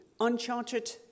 uncharted